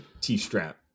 T-strap